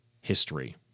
history